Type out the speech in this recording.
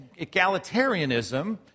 egalitarianism